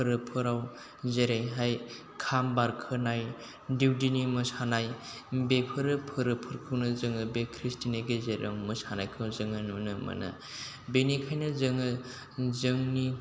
फोरबो फोराव जेरैहाय खाम बारखोनाय दिउदिनि मोसानाय बेफोरो फोरबो फोरखौनो जोङो बे खृष्टिनि गेजेरजों मोसानायखौ जोङो नुनो मोनो बेनिखायनो जोङो जोंनि